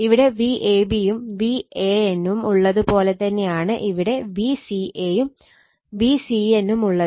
ഇവിടെ Vab യും Van ഉം ഉള്ളത് പോലെ തന്നെയാണ് ഇവിടെ Vca യും Vcn ഉം ഉള്ളത്